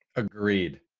agreed.